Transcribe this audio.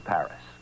Paris